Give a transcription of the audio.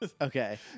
Okay